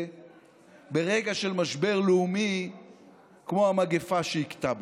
ברגע של משבר לאומי כמו המגפה שהכתה בנו.